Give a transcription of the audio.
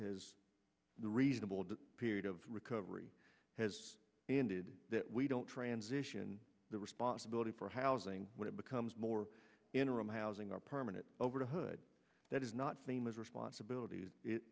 the reasonable period of recovery has ended that we don't transition the responsibility for housing when it becomes more interim housing are permanent over the hood that is not famous responsibilit